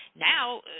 Now